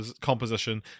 composition